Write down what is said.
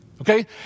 okay